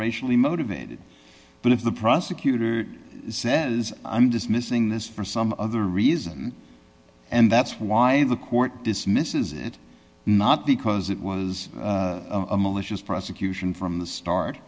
racially motivated but if the prosecutor says i'm dismissing this for some other reason and that's why the court dismisses it not because it was a malicious prosecution from the